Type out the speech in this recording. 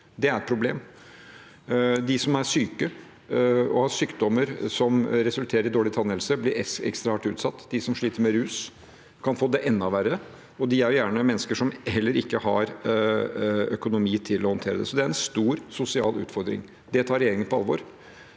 Det er et problem. De som er syke og har sykdommer som resulterer i dårlig tannhelse, blir ekstra hardt utsatt. De som sliter med rus, kan få det enda verre, og de er gjerne mennesker som heller ikke har økonomi til å håndtere det. Så det er en stor sosial utfordring. Det tar regjeringen på alvor.